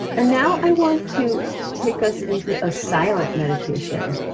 and now, i want to take us into a silent meditation.